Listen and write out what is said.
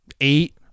Eight